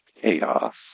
chaos